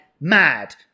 mad